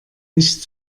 nicht